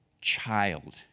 child